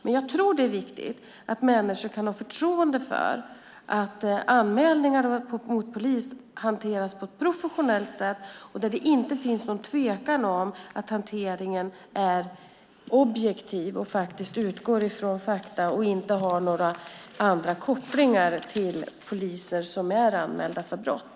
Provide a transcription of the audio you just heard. Men jag tror att det är viktigt att människor kan ha förtroende för att anmälningar mot poliser hanteras på ett professionellt sätt, att det inte råder någon tvekan om att hanteringen är objektiv och utgår från fakta och att man inte har några kopplingar till poliser som är anmälda för brott.